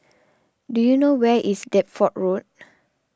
do you know where is Deptford Road